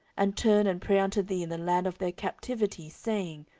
and turn and pray unto thee in the land of their captivity, saying,